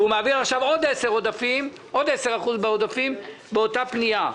והוא מעביר עכשיו עוד 10% בעודפים באותה פנייה.